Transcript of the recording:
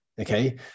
okay